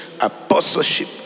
apostleship